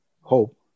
hope